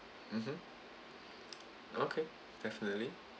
mmhmm okay definitely